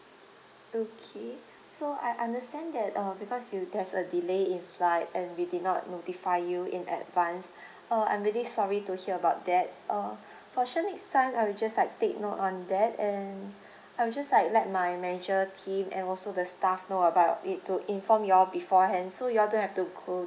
okay so I understand that uh because you there's a delay in flight and we did not notify you in advance uh I'm really sorry to hear about that uh for sure next time I will just like take note on that and I'll just like let my manager team and also the staff know about it to inform you all beforehand so you all don't have to go